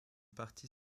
partie